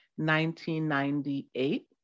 1998